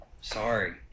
sorry